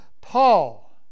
Paul